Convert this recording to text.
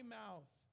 mouth